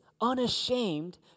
unashamed